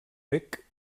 bec